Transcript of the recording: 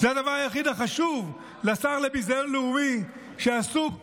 זה הדבר היחיד החשוב לשר לביזיון לאומי, שעסוק